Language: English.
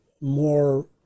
more